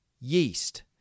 yeast